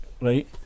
right